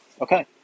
Okay